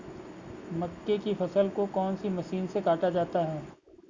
मक्के की फसल को कौन सी मशीन से काटा जाता है?